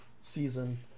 season